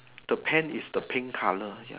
the pant is the pink color ya